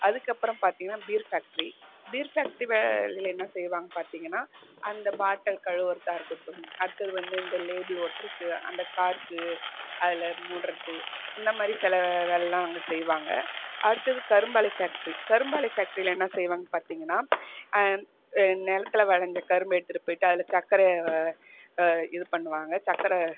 அதுக்கப்புறம் பார்த்தீங்கன்னா beer factory beer factory வ இதில் என்ன செய்வாங்கன்னு பார்த்தீங்கன்னா அந்த பாட்டில் கழுவறதாக இருக்கட்டும் அடுத்தது வந்து இந்த லேபிள் ஒட்டுகிறது அந்த கார்க் அதில் மூடுறது இந்த மாதிரி சில வேலையெலாம் அங்கே செய்வாங்க அடுத்தது கரும்பாலை ஃபேக்ட்ரி கரும்பாலை ஃபேக்ட்ரியில் என்ன செய்வாங்கன்னு பார்த்தீங்கன்னா நிலத்துல விளஞ்ச கரும்பை எடுத்துகிட்டுப் போயிட்டு அதில் சர்க்கரை இது பண்ணுவாங்க சர்க்கரை